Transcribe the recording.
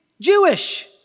Jewish